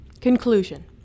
Conclusion